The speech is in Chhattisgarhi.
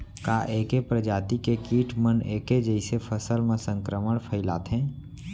का ऐके प्रजाति के किट मन ऐके जइसे फसल म संक्रमण फइलाथें?